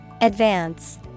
advance